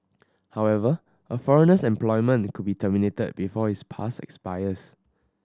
however a foreigner's employment could be terminated before his pass expires